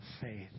faith